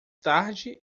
tarde